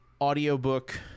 audiobook